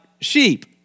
sheep